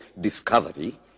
discovery